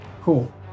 Cool